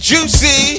Juicy